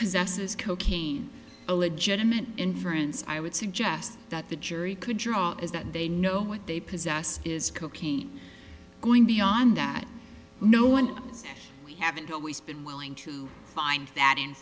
possesses cocaine a legitimate inference i would suggest that the jury could draw is that they know what they possess is cocaine going beyond that no one has we haven't always been willing to find that